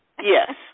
Yes